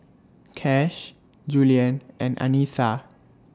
Kash Juliann and Anissa